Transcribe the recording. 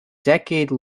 decade